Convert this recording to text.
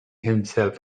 himself